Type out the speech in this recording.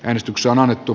äänestyksen maan etu